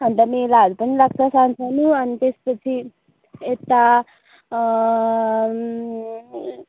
अन्त मेलाहरू पनि लाग्छ सान सानो अनि त्यसपछि यता